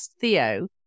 Theo